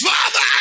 Father